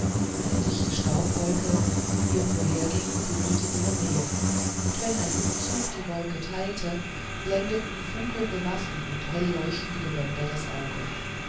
eine dichte staubwolke die ihr vorherging verkündete ihre nähe und wenn ein luftzug die wolke teilte blendeten funkelnde waffen und helleuchtende gewänder das auge